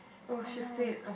oh no